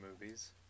movies